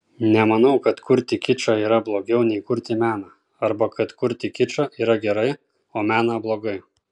nemanau kad kurti kičą yra blogiau nei kurti meną arba kad kurti kičą yra gerai o meną blogai